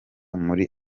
muri